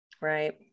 right